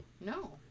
No